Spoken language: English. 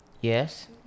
yes